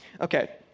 Okay